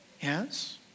Yes